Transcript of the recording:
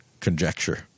conjecture